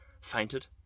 fainted